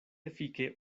efike